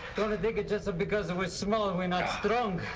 don't think just because we're small we're not strong.